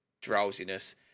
drowsiness